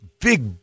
big